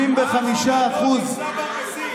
75% ----- תודה.